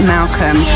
Malcolm